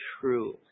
true